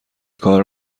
کار